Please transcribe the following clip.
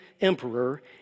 emperor